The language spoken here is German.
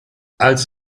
als